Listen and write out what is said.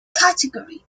category